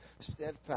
Steadfast